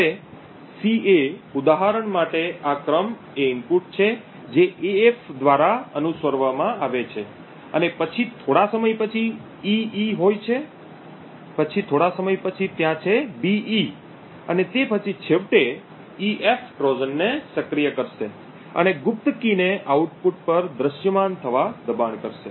હવે ca ઉદાહરણ માટે આ ક્રમ એ ઇનપુટ છે જે af દ્વારા અનુસરવામાં આવે છે અને પછી થોડા સમય પછી ee હોય છે પછી થોડા સમય પછી ત્યાં છે be અને તે પછી છેવટે ef ટ્રોજનને સક્રિય કરશે અને ગુપ્ત કી ને આઉટપુટ પર દૃશ્યમાન થવા દબાણ કરશે